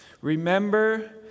Remember